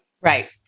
Right